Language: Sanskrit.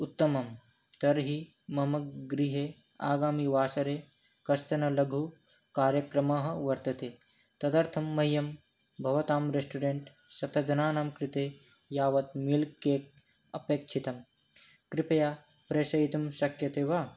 उत्तमं तर्हि मम गृहे आगमिवासरे कश्चन लघुकार्यक्रमः वर्तते तदर्थं मह्यं भवतां रेस्टोरेण्ट् शतं जनानां कृते यावत् मिल्केक् अपेक्षितं कृपया प्रेषयितुं शक्यते वा